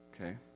Okay